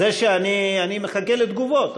אני מחכה לתגובות.